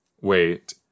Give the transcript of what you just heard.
Wait